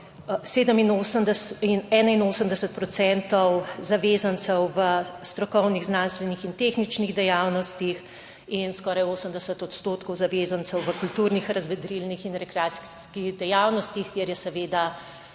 zavezancev v strokovnih, znanstvenih in tehničnih dejavnostih in skoraj 80 odstotkov zavezancev v kulturnih, razvedrilnih in rekreacijskih dejavnostih, kjer je seveda